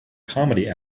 comedy